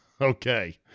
Okay